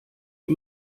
wie